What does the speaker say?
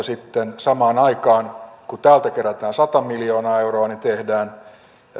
sitten samaan aikaan kun täältä kerätään sata miljoonaa euroa tehdään